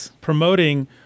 promoting